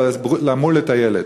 למול את הילד.